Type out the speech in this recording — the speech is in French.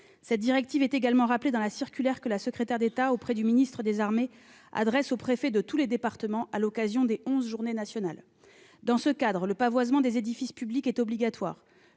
Cette directive est également rappelée dans la circulaire que la secrétaire d'État auprès du ministre des armées adresse aux préfets de tous les départements à l'occasion des onze journées nationales. Dans ce cadre, le pavoisement des édifices publics est obligatoire.